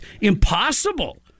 impossible